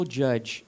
judge